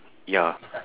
ya